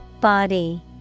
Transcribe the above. Body